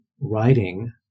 writing